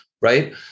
right